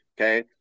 Okay